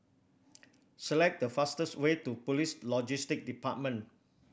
select the fastest way to Police Logistics Department